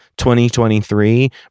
2023